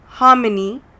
Harmony